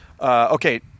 Okay